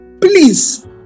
please